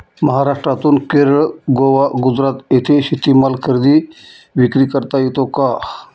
महाराष्ट्रातून केरळ, गोवा, गुजरात येथे शेतीमाल खरेदी विक्री करता येतो का?